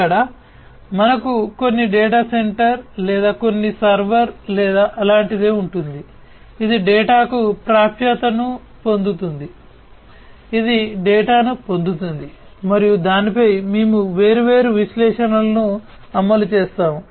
ఇక్కడే మనకు కొన్ని డేటా సెంటర్ లేదా కొన్ని సర్వర్ లేదా అలాంటిదే ఉంటుంది ఇది డేటాకు ప్రాప్యతను పొందుతుంది ఇది డేటాను పొందుతుంది మరియు దానిపై మేము వేర్వేరు విశ్లేషణలను అమలు చేస్తాము